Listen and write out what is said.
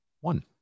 One